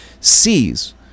sees